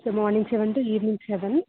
so morning seven to evening seven